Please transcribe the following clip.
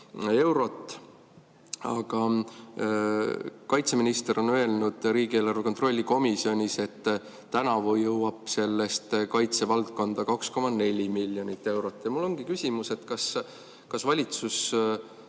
eurot, aga kaitseminister on öelnud riigieelarve kontrolli komisjonis, et tänavu jõuab sellest kaitsevaldkonda 2,4 miljonit eurot. Mul ongi küsimus: kas valitsus